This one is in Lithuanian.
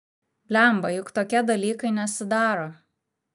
blemba juk tokie dalykai nesidaro